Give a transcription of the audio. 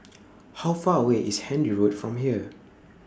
How Far away IS Handy Road from here